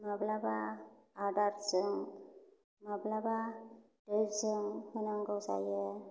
माब्लाबा आदारजों माब्लाबा दैजों होनांगौ जायो